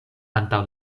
antaŭ